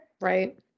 right